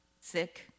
sick